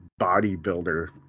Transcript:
bodybuilder